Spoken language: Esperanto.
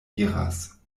iras